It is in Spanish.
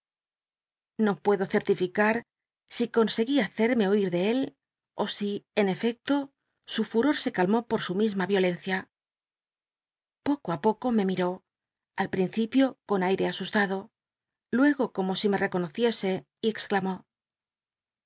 no puedo certificar si conseguía hacerme huir de él ó si en efecto su ftn'ol se calmó por su misma violencia poco ú poco me miró al lh'incipio con aile asustado luego como si me reconociese y exélamó